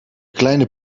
kleine